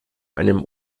einem